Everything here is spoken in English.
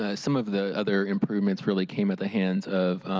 ah some of the other improvements really came at the hands of